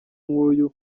nk’uyu